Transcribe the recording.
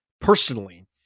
personally